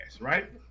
Right